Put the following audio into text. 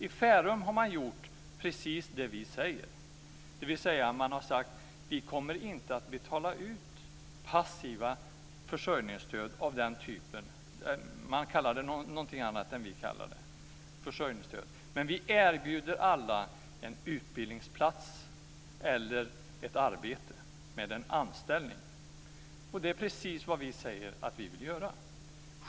I Farum har man gjort precis det vi säger, dvs. att man har sagt att man inte kommer att betala ut passiva försörjningsstöd av den typen - man kallar det någonting annat än vi kallar det - men man erbjuder alla en utbildningsplats eller ett arbete med en anställning. Det är precis vad vi säger att vi vill göra.